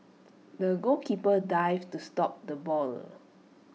the goalkeeper dived to stop the ball